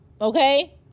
Okay